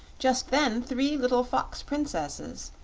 just then three little fox-princesses,